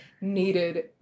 needed